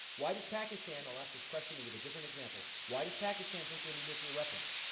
why does pakistan i'll ask this question and with a different example why does pakistan think they need nuclear weapons?